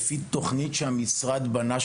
לפי תוכנית שהמשרד בנה,